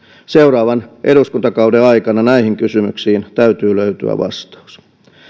seuraavan eduskuntakauden aikana näihin kysymyksiin täytyy löytyä vastaus